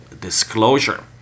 disclosure